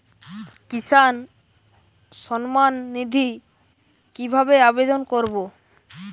কিষান সম্মাননিধি কিভাবে আবেদন করব?